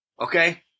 okay